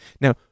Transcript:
Now